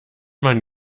man